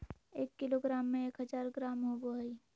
एक किलोग्राम में एक हजार ग्राम होबो हइ